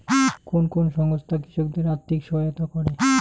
কোন কোন সংস্থা কৃষকদের আর্থিক সহায়তা করে?